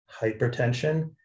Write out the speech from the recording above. hypertension